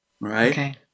Right